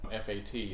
FAT